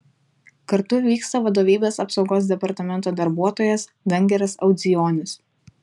kartu vyksta vadovybės apsaugos departamento darbuotojas dangiras audzijonis